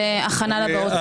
זאת הכנה לבאות.